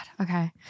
Okay